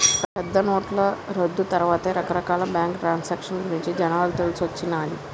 పెద్దనోట్ల రద్దు తర్వాతే రకరకాల బ్యేంకు ట్రాన్సాక్షన్ గురించి జనాలకు తెలిసొచ్చిన్నాది